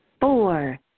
four